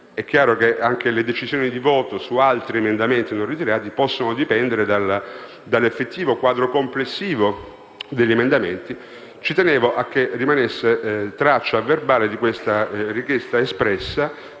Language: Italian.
infatti che anche le decisioni di voto su altri emendamenti non ritirati possono dipendere dall'effettivo quadro complessivo degli emendamenti. Ci tenevo, quindi, che rimanesse traccia a verbale di questa richiesta da